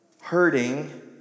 hurting